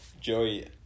Joey